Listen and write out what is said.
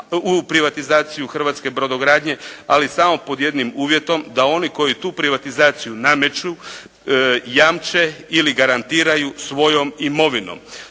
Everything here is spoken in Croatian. u privatizaciju hrvatske brodogradnje, ali samo pod jednim uvjetom, da oni koji tu privatizaciju nameću jamče ili garantiraju svojom imovinom.